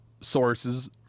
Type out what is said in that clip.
sources